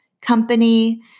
company